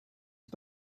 had